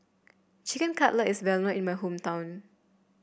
Chicken Cutlet is well known in my hometown